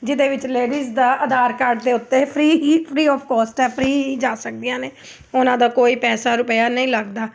ਜਿਹਦੇ ਵਿੱਚ ਲੇਡੀਜ਼ ਦਾ ਆਧਾਰ ਕਾਰਡ ਦੇ ਉੱਤੇ ਫਰੀ ਹੀ ਫਰੀ ਆਫ ਕੋਸਟ ਹੈ ਫਰੀ ਹੀ ਜਾ ਸਕਦੀਆਂ ਨੇ ਉਹਨਾਂ ਦਾ ਕੋਈ ਪੈਸਾ ਰੁਪਇਆ ਨਹੀਂ ਲੱਗਦਾ